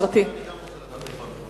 זאת בדיוק הבעיה.